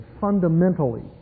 fundamentally